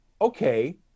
okay